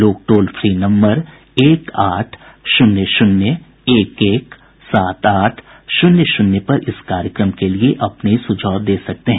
लोग toll free number एक आठ शून्य शून्य एक एक सात आठ शून्य शून्य पर इस कार्यक्रम के लिए अपने सुझाव दे सकते हैं